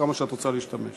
בכמה את רוצה להשתמש